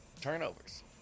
turnovers